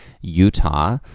utah